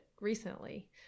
recently